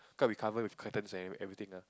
cause we cover with curtains and everything ah